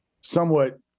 somewhat